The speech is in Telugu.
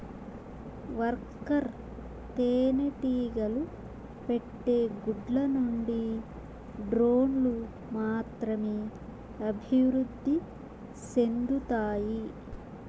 వర్కర్ తేనెటీగలు పెట్టే గుడ్ల నుండి డ్రోన్లు మాత్రమే అభివృద్ధి సెందుతాయి